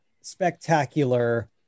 spectacular